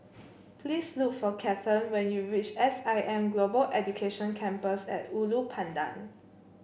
please look for Kathern when you reach S I M Global Education Campus at Ulu Pandan